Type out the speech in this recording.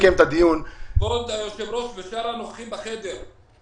כבוד היושב ראש ושאר הנוכחים בחדר.